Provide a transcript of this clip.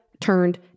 turned